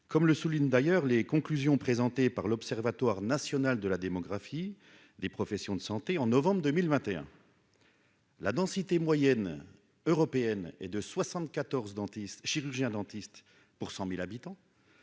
comme le souligne d'ailleurs les conclusions présentées par l'Observatoire national de la démographie des professions de santé, en novembre 2021, la densité moyenne européenne est de 74 dentistes, chirurgiens dentistes pour 100000 habitants,